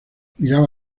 miraba